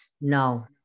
no